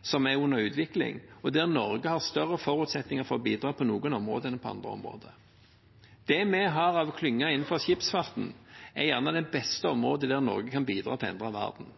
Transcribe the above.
som er under utvikling, og der Norge har større forutsetninger for å bidra på noen områder enn på andre. Det vi har av klynger innenfor skipsfarten, er gjerne det beste området der Norge kan bidra til å endre verden.